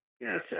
Yes